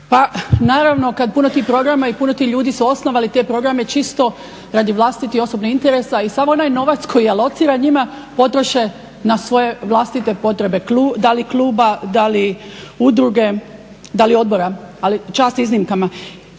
Pa, naravno kad puno tih programa i puno tih ljudi su osnovali te programe čisto radi vlastitih osobnih intresa i sav onaj novac koji je lociran njima potroše na svoje vlastite potrebe. Dali kluba, da li udruge, da li odbora. Ali, čast iznimkama.